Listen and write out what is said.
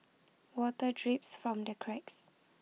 water drips from the cracks